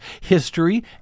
history